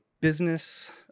business